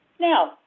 Now